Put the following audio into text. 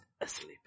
asleep